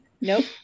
nope